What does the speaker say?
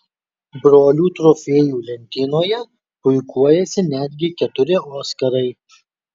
brolių trofėjų lentynoje puikuojasi netgi keturi oskarai